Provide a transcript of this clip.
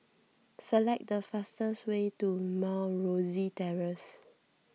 select the fastest way to Mount Rosie Terrace